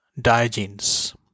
Diogenes